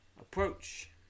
Approach